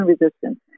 resistance